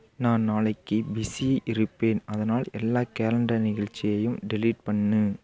நான் நாளைக்கு பிஸியா இருப்பேன் அதனால் எல்லா கேலண்டர் நிகழ்ச்சியையும் டெலீட் பண்ணு